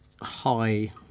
high